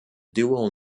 dual